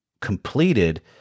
completed